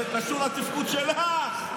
זה קשור לתפקוד שלך.